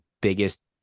biggest